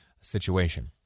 situation